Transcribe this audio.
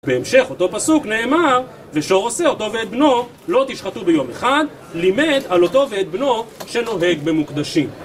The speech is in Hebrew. בהמשך אותו פסוק נאמר, ושעור עושה אותו ואת בנו לא תשחטו ביום אחד לימד על אותו ואת בנו שנוהג במוקדשים